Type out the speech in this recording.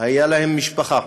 הייתה להם משפחה,